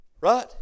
Right